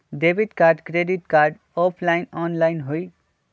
Debit card credit card offline online होई?